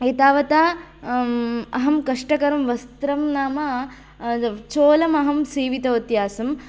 एतावता अहं कष्टकरं वस्त्रं नाम चोलमहं सीवितवती आसं